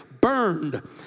burned